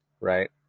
Right